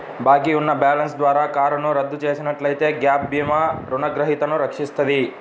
బాకీ ఉన్న బ్యాలెన్స్ ద్వారా కారును రద్దు చేసినట్లయితే గ్యాప్ భీమా రుణగ్రహీతను రక్షిస్తది